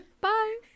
Bye